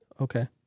Okay